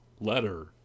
letter